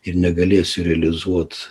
ir negalėsiu realizuot